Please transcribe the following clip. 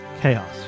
chaos